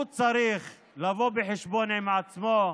הוא שצריך לבוא חשבון עם עצמו,